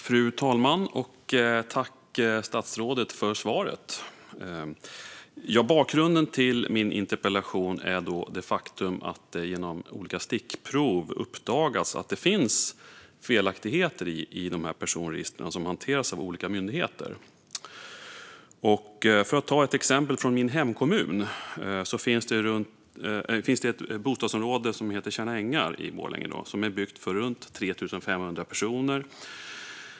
Fru talman! Jag tackar statsrådet för svaret. Bakgrunden till min interpellation är det faktum att det genom olika stickprov uppdagats att det finns felaktigheter i de personregister som hanteras av olika myndigheter. Jag kan ta ett exempel från min hemkommun Borlänge. Bostadsområdet Tjärna ängar är byggt för runt 3 500 personer.